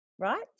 right